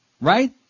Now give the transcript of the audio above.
right